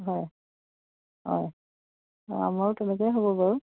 হয় হয় অঁ আমাৰো তেনেকুৱাই হ'ব বাৰু